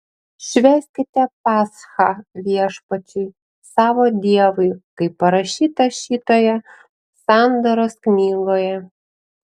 švęskite paschą viešpačiui savo dievui kaip parašyta šitoje sandoros knygoje